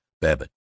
Babbitt